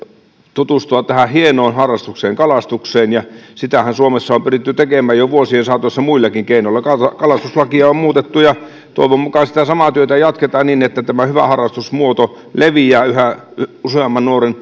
tutustua tähän hienoon harrastukseen kalastukseen ja sitähän suomessa on pyritty tekemään jo vuosien saatossa muillakin keinoilla kalastuslakia on on muutettu ja toivon mukaan sitä samaa työtä jatketaan niin että tämä hyvä harrastusmuoto leviää yhä useamman nuoren